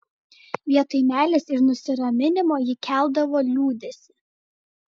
vietoj meilės ir nusiraminimo jie keldavo liūdesį